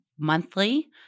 monthly